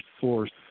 source